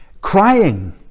crying